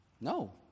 No